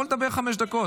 ואני מוקיר ומעריך את זה.